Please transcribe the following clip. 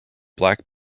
black